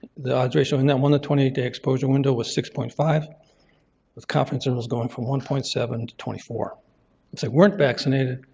the odds ratio in that one twenty eight day exposure window was six point five with confidence intervals going from one point seven to twenty four. if they weren't vaccinated,